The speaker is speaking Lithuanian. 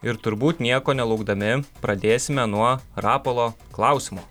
ir turbūt nieko nelaukdami pradėsime nuo rapolo klausimo